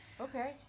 Okay